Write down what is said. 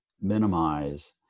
minimize